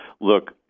look